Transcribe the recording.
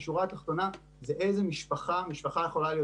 בשורה התחתונה זה איזו משפחה ומשפחה יכול להיות